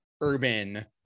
urban